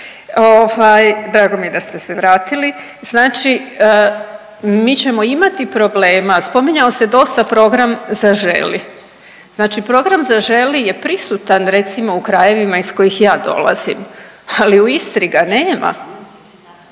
drago mi je da ste se vratili, znači mi ćemo imati problema, spominjao se dosta program „Zaželi“. Znači program „Zaželi“ je prisutan recimo u krajevima iz kojih ja dolazim, ali u Istri ga nema.